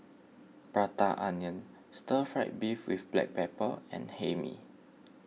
Prata Onion Stir Fried Beef with Black Pepper and Hae Mee